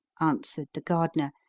answered the gardener,